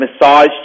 massage